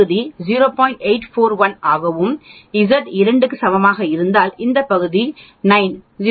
841 ஆகவும் Z 2 க்கு சமமாக இருந்தால் இந்த பகுதி 9 0